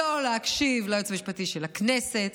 לא להקשיב לייעוץ המשפטי של הכנסת,